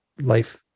life